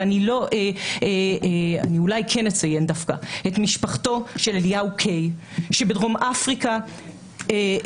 אני אולי כן אציין את משפחתו של אליהו קיי שבדרום אפריקה נמצאים